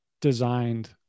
designed